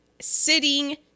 sitting